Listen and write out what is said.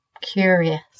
curious